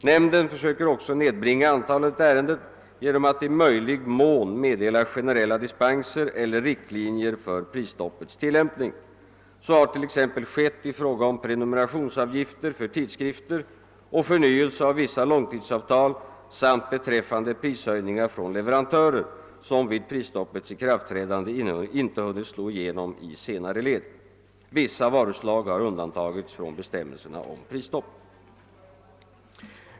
Nämnden söker också nedbringa antalet ärenden genom att i möjlig mån meddela generella dispenser eller riktlinjer för prisstoppets tillämpning. Så har t. ex skett i fråga om prenumerationsavgifter för tidskrifter och förnyelse av vissa långtidsavtal samt beträffande prishöjningar från leverantörer som vid prisstoppets ikraftträdande inte hunnit slå igenom i senare led. Vissa varuslag har undantagits från bestämmelserna om Pprisstopp.